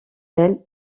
d’elle